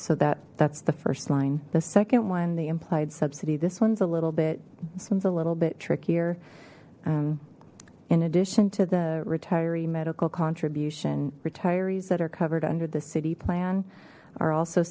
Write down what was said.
so that that's the first line the second one the implied subsidy this one's a little bit somes a little bit trickier in addition to the retiree medical contribution retirees that are covered under the city plan are also